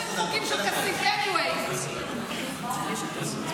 אדוני היו"ר, אתה נותן לו דקה.